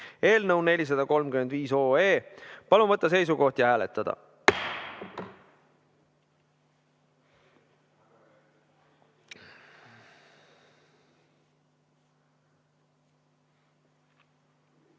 eelnõu 435. Palun võtta seisukoht ja hääletada!